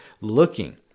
looking